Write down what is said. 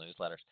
newsletters